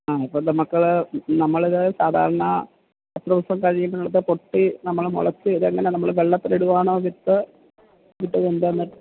ആ അപ്പം നമുക്ക് നമ്മളിത് സാധാരണ എത്ര ദിവസം കഴിയുമ്പം ഇത് പൊട്ടി നമ്മള് മുളച്ച് ഇതെങ്ങനാ നമ്മള് വെള്ളത്തിലിടുവാന്നോ വിത്ത് വിത്ത് കൊണ്ടുവന്ന്